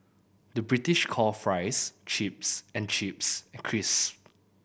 the British call fries chips and chips crisp